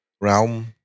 realm